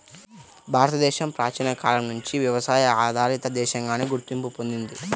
భారతదేశం ప్రాచీన కాలం నుంచి వ్యవసాయ ఆధారిత దేశంగానే గుర్తింపు పొందింది